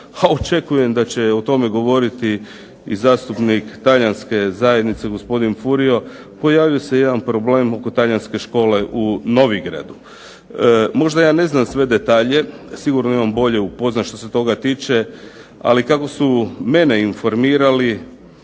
očekujem da će o tome govoriti i zastupnik talijanske zajednice gospodin Furio, pojavio se jedan problem oko talijanske škole u Novigradu. Možda ja ne znam sve detalje, sigurno imam bolje upoznat što se toga tiče, ali kako su mene informirali